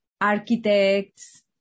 architects